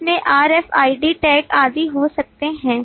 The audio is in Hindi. इसमें RFID टैग आदि हो सकते हैं